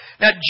Now